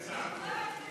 צעקות?